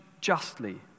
justly